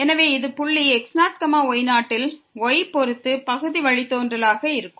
எனவே இது புள்ளி x0 y0 யில் y பொறுத்து பகுதி வழித்தோன்றலாக இருக்கும்